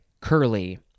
curly